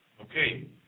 Okay